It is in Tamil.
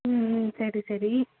ம் ம் சரி சரி